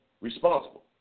responsible